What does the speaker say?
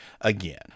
again